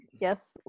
Yes